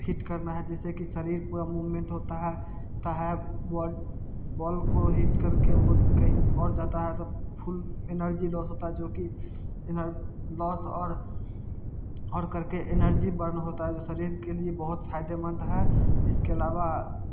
hit करना है जिससे कि शरीर पूरा मूवमेंट होता है बॉल बॉल को हिट करके वो कहीं और जाता है तो फुल एनर्जी लॉस होता है जो कि लॉस और और करके एनर्जी बर्न होता है वो शरीर के लिए बहुत फ़ायदेमंद है इसके अलावा